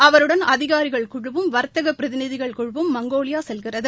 அவருடன் அதிகாரிகள் குழுவும் வர்த்தக பிரதிநிதிகள் குழுவும் மங்கோலியா செல்கிறது